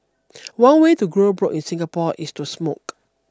one way to go broke in Singapore is to smoke